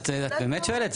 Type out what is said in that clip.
את באמת שואלת?